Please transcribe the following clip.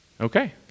Okay